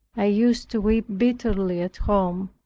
i used to weep bitterly at home.